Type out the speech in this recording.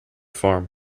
farm